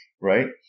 right